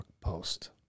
post